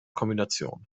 kombination